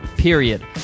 Period